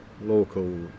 local